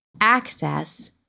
access